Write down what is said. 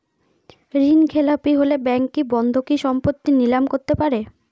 ঋণখেলাপি হলে ব্যাঙ্ক কি বন্ধকি সম্পত্তি নিলাম করতে পারে?